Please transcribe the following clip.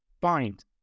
find